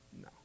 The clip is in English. No